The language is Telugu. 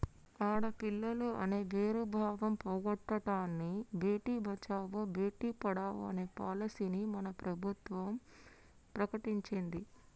ఆడపిల్లలు అనే వేరు భావం పోగొట్టనని భేటీ బచావో బేటి పడావో అనే పాలసీని మన కేంద్ర ప్రభుత్వం ప్రకటించింది